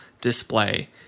display